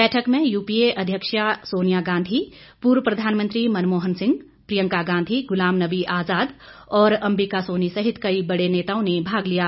बैठक में यूपीए अध्यक्षा सोनिया गांधी पूर्व प्रधानमंत्री मनमोहन सिंह प्रियंका गांधी गुलाम नबी आजाद और अंबिका सोनी सहित कई बड़े नेताओं ने भाग लिया